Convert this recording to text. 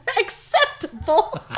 Acceptable